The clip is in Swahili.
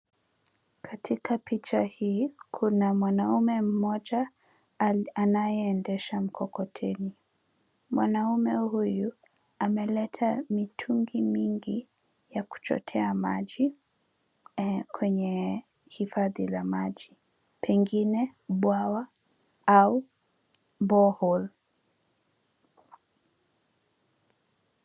Katika picha hii, kuna mwanaume mmoja anayeendesha mkokoteni. Mwanaume huyu, ameleta mitungi mingi ya kuchotea maji, kwenye hifadhi la maji. Pengine bwawa au borehole .